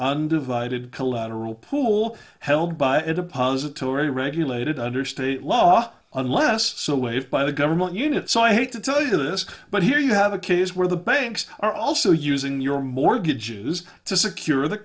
undivided collateral pool held by a depository regulated under state law unless so waived by the government unit so i hate to tell you this but here you have a case where the banks are also using your mortgages to secure the